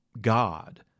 God